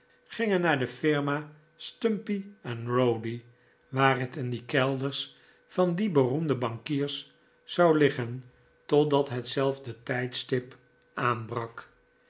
gingen naar de firma stumpy rowdy waar het in de kelders van die beroemde bankiers zou liggen totdat hetzelfde tijdstip aanbrak